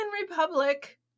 Republic